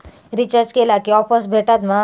Recharge केला की offers भेटात मा?